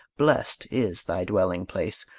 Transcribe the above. blest is thy dwelling-place.